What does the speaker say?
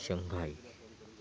Shanghai